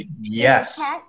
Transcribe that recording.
yes